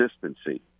consistency